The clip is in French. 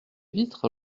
vitres